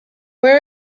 where